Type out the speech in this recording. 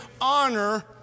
honor